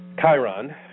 Chiron